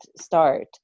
start